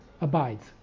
Abides